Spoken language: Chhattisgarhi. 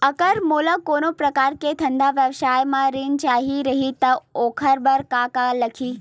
अगर मोला कोनो प्रकार के धंधा व्यवसाय पर ऋण चाही रहि त ओखर बर का का लगही?